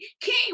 King